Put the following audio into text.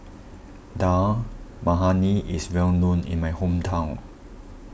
Dal Makhani is well known in my hometown